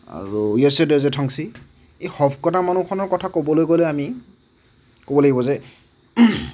আৰু য়েচে দৰ্জে ঠংচি এই শৱ কটা মানুহখনৰ কথা ক'বলৈ গ'লে আমি ক'ব লাগিব যে